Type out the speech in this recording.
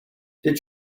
did